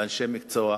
ואנשי מקצוע.